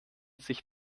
sich